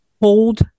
hold